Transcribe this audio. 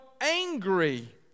angry